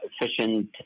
efficient